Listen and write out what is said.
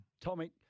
Tommy